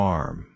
Farm